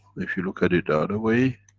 if you look at it the other way,